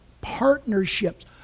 partnerships